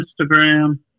Instagram